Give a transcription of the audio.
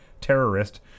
terrorist